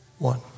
One